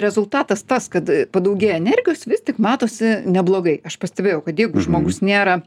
rezultatas tas kad padaugėja energijos vis tik matosi neblogai aš pastebėjau kad jeigu žmogus nėra